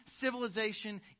civilization